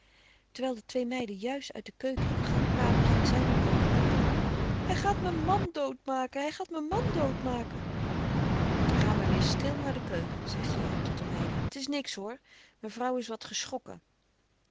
terwijl de twee meiden juist uit de keuken in den gang kwamen ging zij naar boven roepende hij gaat mijn man dood maken hij gaat mijn man dood maken ga maar weer stil naar de keuken zei gerard tot de meiden t is niks hoor mevrouw is wat geschrokken